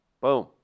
Boom